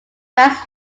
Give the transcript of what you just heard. live